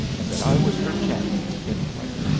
and that i was her champion, anyway.